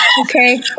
okay